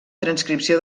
transcripció